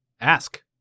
Ask